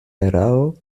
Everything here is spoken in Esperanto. erao